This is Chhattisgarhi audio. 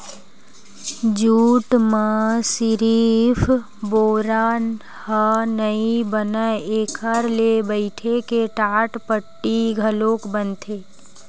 जूट म सिरिफ बोरा ह नइ बनय एखर ले बइटे के टाटपट्टी घलोक बनथे